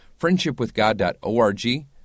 friendshipwithgod.org